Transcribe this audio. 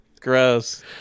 Gross